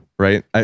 right